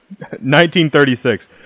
1936